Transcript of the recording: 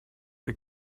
the